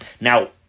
Now